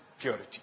purity